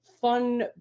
fun